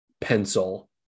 pencil